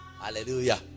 hallelujah